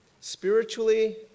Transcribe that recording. Spiritually